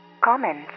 comments